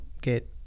get